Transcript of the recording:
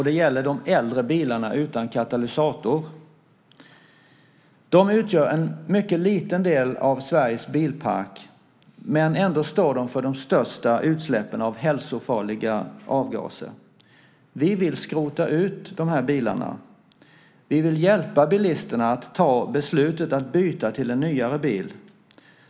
De gäller de äldre bilarna utan katalysator. De utgör en mycket liten del av Sveriges bilpark, men ändå står de för de största utsläppen av hälsofarliga avgaser. Vi vill skrota de här bilarna. Vi vill hjälpa bilisterna att ta beslutet att byta till en nyare bil.